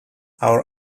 our